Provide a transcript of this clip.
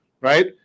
right